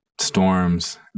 storms